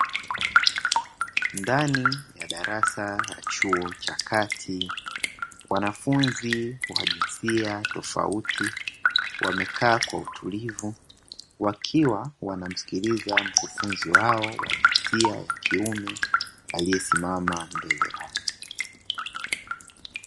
Ndani ya darasa la chuo cha kati wanafunzi wa jinsia tofauti, wamekaa kwa utulivu wakiwa wanamsikiliza mkufunzi wao wa jinsia ya kiume aliesimama mbele yao.